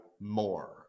more